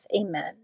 Amen